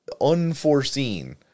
Unforeseen